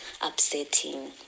upsetting